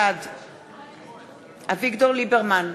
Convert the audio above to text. בעד אביגדור ליברמן,